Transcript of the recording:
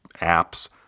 apps